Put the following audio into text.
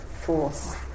force